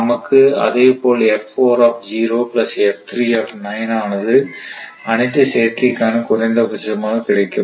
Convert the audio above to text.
நமக்கு அதேபோல ஆனது அனைத்து சேர்க்கைக்கான குறைந்தபட்சமாக கிடைக்கும்